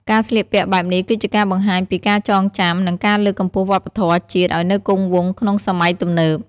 ការស្លៀកពាក់បែបនេះគឺជាការបង្ហាញពីការចងចាំ និងការលើកកម្ពស់វប្បធម៌ជាតិឲ្យនៅគង់វង្សក្នុងសម័យទំនើប។